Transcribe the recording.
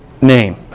name